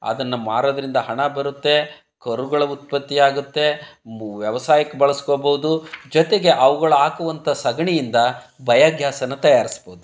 ಅದನ್ನು ಮಾರೋದರಿಂದ ಹಣ ಬರುತ್ತೆ ಕರುಗಳ ಉತ್ಪತ್ತಿ ಆಗುತ್ತೆ ಮ್ ವ್ಯವಸಾಯಕ್ಕೆ ಬಳಸ್ಕೋಬೋದು ಜೊತೆಗೆ ಅವುಗಳು ಹಾಕುವಂಥ ಸಗಣಿಯಿಂದ ಬಯೋಗ್ಯಾಸನ್ನು ತಯಾರಿಸ್ಬೋದು